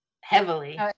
heavily